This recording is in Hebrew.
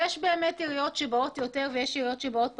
יש עיריות שבאות יותר ויש עיריות שבאות פחות,